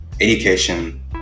education